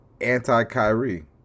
anti-Kyrie